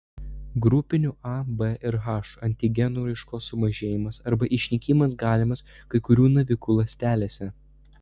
grupinių a b ir h antigenų raiškos sumažėjimas arba išnykimas galimas kai kurių navikų ląstelėse